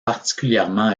particulièrement